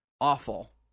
awful